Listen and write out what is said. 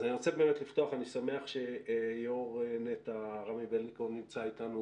אני שמח שיו"ר נת"ע, רמי בלניקוב נמצא איתנו.